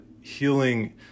healing